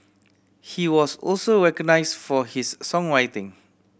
he was also recognised for his songwriting